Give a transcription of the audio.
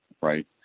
right